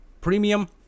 premium